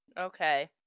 okay